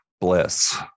Bliss